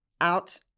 out